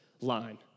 line